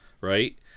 right